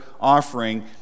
offering